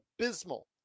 abysmal